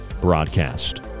broadcast